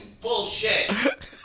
bullshit